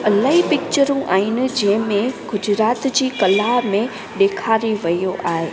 इलाही पिक्चरूं आहिनि जंहिं में गुजरात जी कला में ॾेखारे वियो आहे